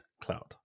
cloud